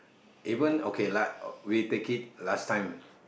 even okay like we take it last time